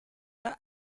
are